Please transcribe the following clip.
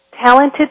Talented